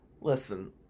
Listen